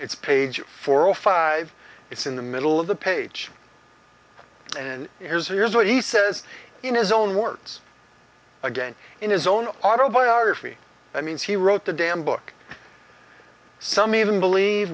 it's page four zero five it's in the middle of the page and here's here's what he says in his own words again in his own autobiography that means he wrote the damn book some even believe